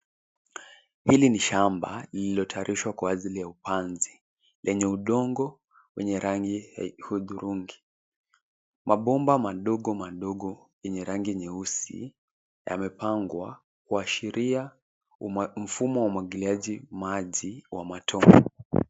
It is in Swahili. Hili ni shamba lililotayarishwa kwa ajili ya upanzi lenye udongo wenye rangi ya hudhurungi. Mabomba madogo madogo yenye rangi nyeusi yamepangwa kuashiria mfumo wa umwagiliaji maji wa matone.